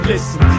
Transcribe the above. Listen